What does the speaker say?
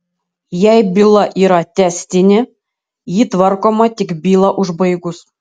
jei byla yra tęstinė ji tvarkoma tik bylą užbaigus